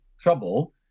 trouble